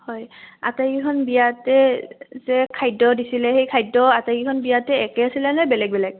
হয় আটাইকেইখন বিয়াতে যে খাদ্য দিছিলে সেই খাদ্য আটাইকেইখন বিয়াতে একে আছিলে নে বেলেগ বেলেগ